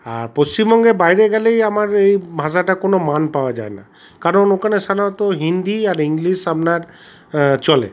আর পশ্চিমবঙ্গের বাইরে গেলেই আমার এই ভাষাটার কোনো মান পাওয়া যায় না কারণ ওখানে সাধারণত হিন্দি আর ইংলিশ আপনার চলে